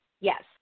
Yes